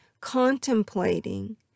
contemplating